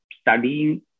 studying